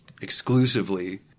exclusively